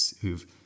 who've